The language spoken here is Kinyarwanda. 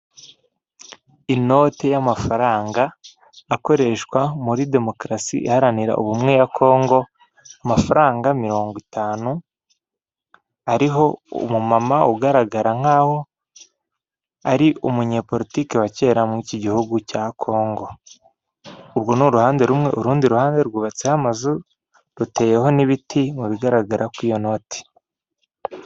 Inoti y'amafaranga akoreshwa muri democracy iharanira ubumwe ya Congo, amafaranga mirongo itanu ariho umumama ugaragara nkaho ari umunyapolitiki wa kera muri iki gihugu cya Congo . Ubwo ni uruhande rumwe urundi ruhande rwubatseho amazu, ruteyeho n'ibiti mu bigaragara ku iyo noti.